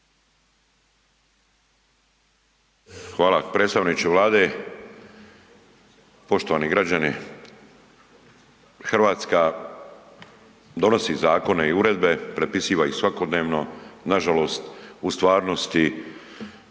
Hvala. Predstavničke Vlade, poštovani građani. Hrvatska donosi zakone i uredbe, prepisiva ih svakodnevno, nažalost, u stvarnosti,